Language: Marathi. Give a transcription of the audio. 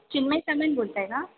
चिन्मय सामंत बोलताय का